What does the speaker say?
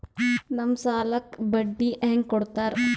ನಮ್ ಸಾಲಕ್ ಬಡ್ಡಿ ಹ್ಯಾಂಗ ಕೊಡ್ತಾರ?